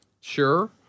sure